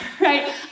right